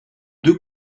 deux